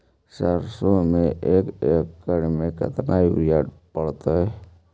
सरसों में एक एकड़ मे केतना युरिया पड़तै?